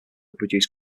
produced